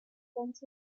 prevents